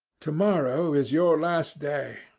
to-morrow is your last day,